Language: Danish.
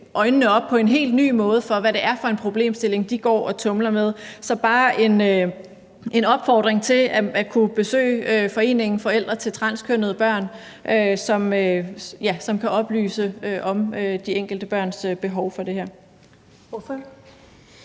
øjnene op på en helt ny måde for, hvad det er for en problemstilling, de går og tumler med. Så der er bare en opfordring til, at man kunne besøge foreningen for forældre til transkønnede børn, som kan oplyse om de enkelte børns behov for det her. Kl.